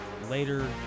later